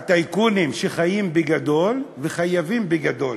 הטייקונים, שחיים בגדול וחייבים בגדול.